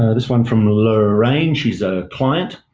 this one from lorraine, she's a client.